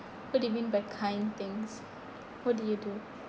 what do you mean by kind things what do you do